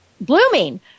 blooming